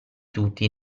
tutti